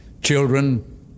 children